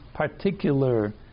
Particular